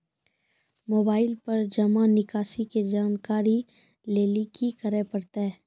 Mobile पर जमा निकासी के जानकरी लेली की करे परतै?